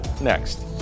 Next